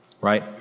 Right